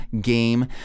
game